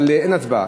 אבל אין הצבעה.